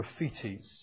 graffitis